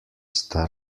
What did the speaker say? sta